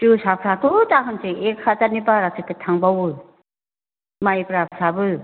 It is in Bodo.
जोसाफ्राथ' दाहोनसै एक हाजारनि बारासो थांबावो माइब्राफ्राबो